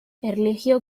erlijio